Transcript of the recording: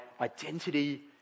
identity